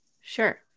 sure